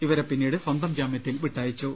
ഇവരെ പിന്നീട് സ്വന്തം ജാമ്യത്തിൽ വിട്ടയച്ചു